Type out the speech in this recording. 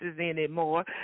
anymore